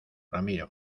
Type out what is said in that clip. ramiro